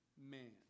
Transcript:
man